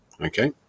Okay